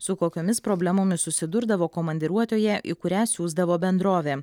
su kokiomis problemomis susidurdavo komandiruotėje į kurią siųsdavo bendrovė